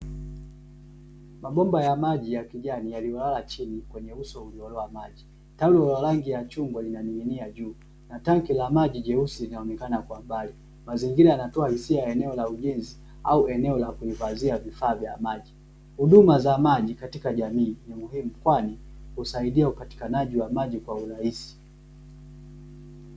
Mabomba ya maji ya kijani yaliyolala chini kwenye uso uliolowa maji, Taulo la rangi ya chungwa linaning'inia juu na Tenki la maji jeusi linaonekana kwa mbali, Mazingira yanatoa hisia za eneo la ujenzi au eneo la kuhifazia vifaa vya maji, Huduma za maji katika jamii ni muhimu kwani husaidia upatikanaji wa maji kwa urahisi.